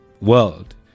world